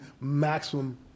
maximum